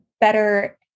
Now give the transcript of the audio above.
better